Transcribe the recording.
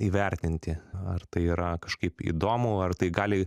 įvertinti ar tai yra kažkaip įdomu ar tai gali